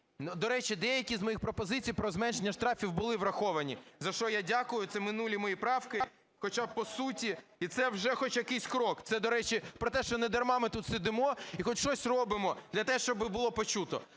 До речі, деякі з моїх пропозицій про зменшення штрафів були враховані, за що я дякую, це минулі мої правки, хоча б по суті, і це вже хоч якийсь крок. Це, до речі, про те, що недарма ми тут сидимо і хоч щось робимо для того, щоб було почуто.